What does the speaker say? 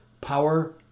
Power